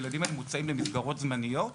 הילדים האלה מוצאים למסגרות זמניות,